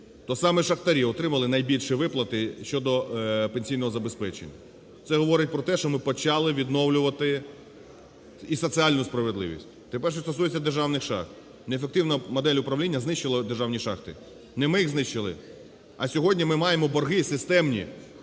то саме шахтарі отримали найбільші виплати щодо пенсійного забезпечення. Це говорить про те, що ми почали відновлювати і соціальну справедливість. Тепер що стосується державних шахт. Неефективна модель управління знищила державні шахти, не ми їх знищили. А сьогодні ми маємо борги, системні,